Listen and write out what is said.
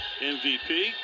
MVP